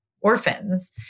orphans